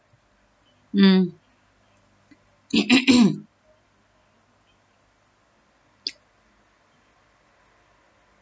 mm